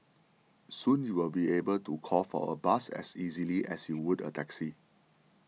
soon you will be able to call for a bus as easily as you would a taxi